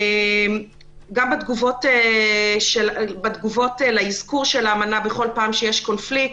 גם בתגובות לאזכור האמנה בכל פעם שיש קונפליקט.